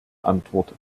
antwort